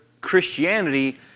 Christianity